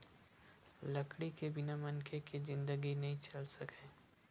लकड़ी के बिना मनखे के जिनगी नइ चल सकय